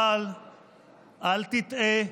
אבל אל תטעה,